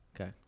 Okay